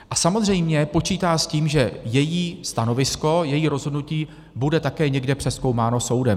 A samozřejmě počítá s tím, že její stanovisko, její rozhodnutí bude také někde přezkoumáno soudem.